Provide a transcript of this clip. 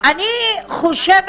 אני חושבת